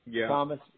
Thomas